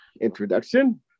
introduction